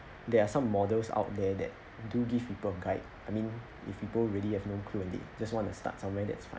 there are some models out there that do give people guide I mean if people really have no clue when they just want to start somewhere that's fine